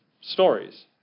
stories